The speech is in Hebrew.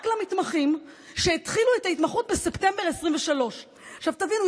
למתמחים שהתחילו את ההתמחות בספטמבר 2023. תבינו,